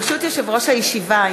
ברשות יושב-ראש הישיבה,